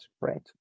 Right